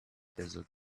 desert